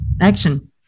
Action